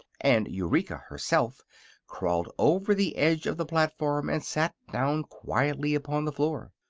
and eureka herself crawled over the edge of the platform and sat down quietly upon the floor.